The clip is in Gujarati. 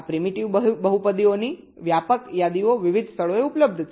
આ પ્રીમિટિવ બહુપદીઓની વ્યાપક યાદીઓ વિવિધ સ્થળોએ ઉપલબ્ધ છે